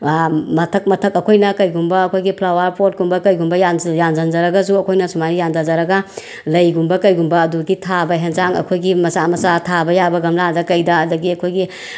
ꯃꯊꯛ ꯃꯊꯛ ꯑꯩꯈꯣꯏꯅ ꯀꯩꯒꯨꯝꯕ ꯑꯩꯈꯣꯏꯒꯤ ꯐ꯭ꯂꯥꯋꯥꯔꯄꯣꯠꯀꯨꯝꯕ ꯀꯩꯒꯨꯝꯕ ꯌꯥꯟꯁꯤꯟꯖꯔꯒꯁꯨ ꯑꯩꯈꯣꯏꯅ ꯁꯨꯃꯥꯏꯅ ꯌꯥꯟꯊꯖꯔꯒ ꯂꯩꯒꯨꯝꯕ ꯀꯩꯒꯨꯝꯕ ꯑꯗꯨꯒꯤ ꯊꯥꯕ ꯑꯦꯟꯁꯥꯡ ꯑꯩꯈꯣꯏꯒꯤ ꯃꯆꯥ ꯃꯆꯥ ꯊꯥꯕ ꯌꯥꯕ ꯒꯝꯂꯥꯗ ꯀꯩꯗ ꯑꯗꯒꯤ ꯑꯩꯈꯣꯏꯒꯤ